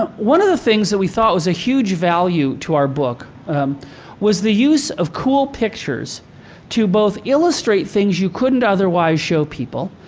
ah one of the things that we thought was a huge value to our book was the use of cool pictures to both illustrate things you couldn't otherwise show people,